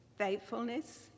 faithfulness